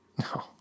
No